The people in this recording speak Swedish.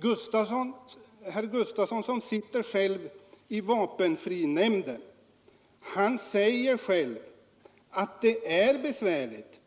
Herr Gustavsson i Nässjö, som själv sitter i vapenfrinämnden, säger att det är besvärligt